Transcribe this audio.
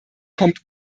kommt